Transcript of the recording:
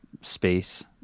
space